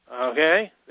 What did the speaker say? okay